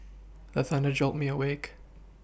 the thunder jolt me awake